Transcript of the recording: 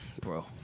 Bro